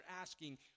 asking